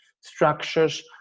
structures